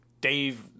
Dave